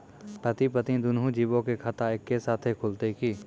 पति पत्नी दुनहु जीबो के खाता एक्के साथै खुलते की?